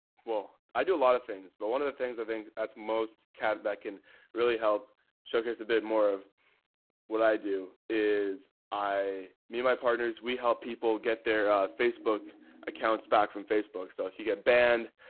well, i do a lot of things, but one of the things i think that's most that can really help show here's a bit more of what i do is i, me and my partners, we help people get their facebook accounts back from facebook. so if you get banned,